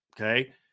okay